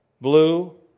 blue